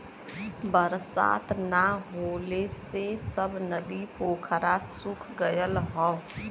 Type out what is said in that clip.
बरसात ना होले से सब नदी पोखरा सूख गयल हौ